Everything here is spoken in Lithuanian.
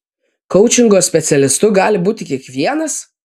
koučingo specialistu gali būti kiekvienas